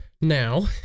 now